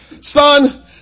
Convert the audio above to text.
Son